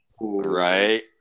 Right